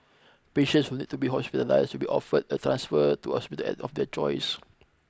patients who need to be hospitalised will be offered a transfer to hospital at of their choice